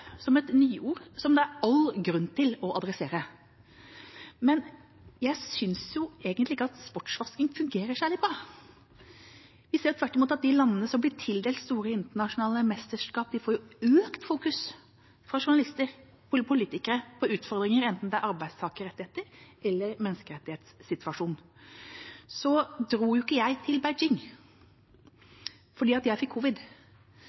som et nyord som det er all grunn til å adressere, men jeg synes egentlig ikke at «sportsvasking» fungerer særlig bra. Vi ser jo tvert imot at de landene som blir tildelt store internasjonale mesterskap, får økt fokus fra journalister og fra politikere på utfordringer, enten det er arbeidstakerrettigheter eller menneskerettighetssituasjonen. Så dro ikke jeg til Beijing, fordi jeg fikk